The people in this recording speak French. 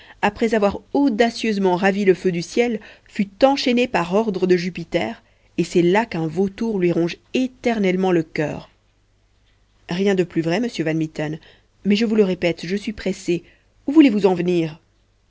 après avoir audacieusement ravi le feu du ciel fut enchaîné par ordre de jupiter et c'est là qu'un vautour lui ronge éternellement le coeur rien de plus vrai monsieur van mitten mais je vous le répète je suis pressé où voulez-vous en venir